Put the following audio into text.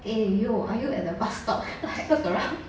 eh yo are you at the bus stop then I looked around